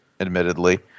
admittedly